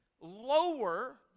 lower